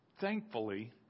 thankfully